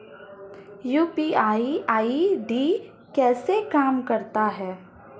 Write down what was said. UPI ID कैसे काम करता है?